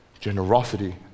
generosity